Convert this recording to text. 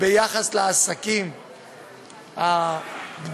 ביחס לעסקים הגדולים.